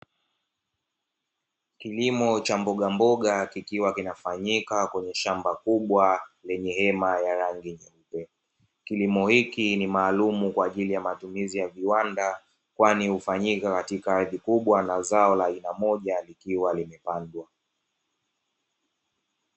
Kilimo cha mbogamboga kikiwa kinafanyika kwenye shamba kubwa lenye hema ya rangi nyeupe. Kilimo hiki ni maalumu kwa ajili ya matumizi ya viwanda kwani hufanyika katika ardhi kubwa na zao la aina moja likiwa limepandwa.